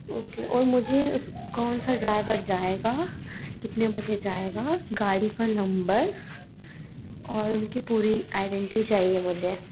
okay और मुझे कौन सा ड्राइवर जाएगा कितने बजे जाएगा गाड़ी का नंबर और उनकी पूरी आईडेंटी चाहिए मुझे